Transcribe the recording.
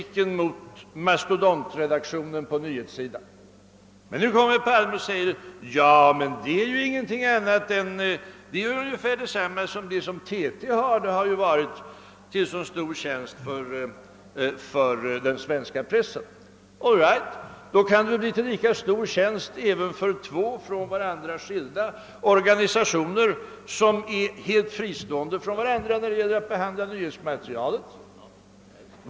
Nu säger herr Palme: Men det är ju ungefär detsamma som TT har, och det har varit till stor tjänst för den svenska pressen. All right, då kan ju TT bli till lika stor tjänst även för två från varandra helt fristående organisationer när det gäller att behandla nyhetsmaterialet. Varför dubblera TT?